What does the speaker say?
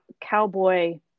cowboy